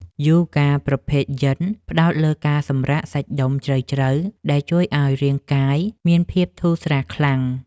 យូហ្គាប្រភេទយិន ផ្ដោតលើការសម្រាកសាច់ដុំជ្រៅៗដែលជួយឱ្យរាងកាយមានភាពធូរស្រាលខ្លាំង។